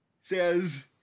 says